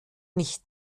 nicht